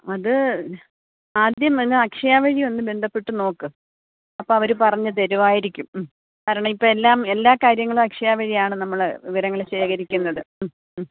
അത് ആദ്യം നിങ്ങൾ അക്ഷയ വഴി ഒന്ന് ബന്ധപ്പെട്ട് നോക്ക് അപ്പോൾ അവര് പറഞ്ഞ് തരുവായിരിക്കും മ്മ് കാരണം ഇപ്പം എല്ലാം എല്ലാം കാര്യങ്ങളും അക്ഷയ വഴിയാണ് നമ്മള് വിവരങ്ങള് ശേഖരിക്കുന്നത് മ്മ് മ്മ്